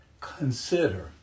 consider